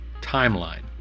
timeline